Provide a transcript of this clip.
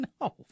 No